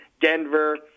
Denver